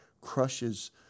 crushes